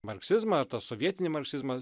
marksizmą ar tą sovietinį marksizmą